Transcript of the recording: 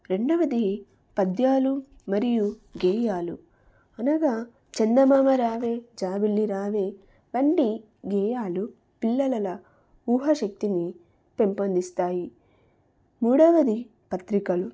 రెండవది పద్యాలు మరియు గేయాలు అనగా చందమామ రావే జాబిల్లి రావే వంటి గేయాలు పిల్లల ఊహ శక్తిని పెంపొందిస్తాయి మూడవది పత్రికలు